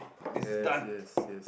yes yes yes